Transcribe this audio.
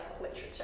literature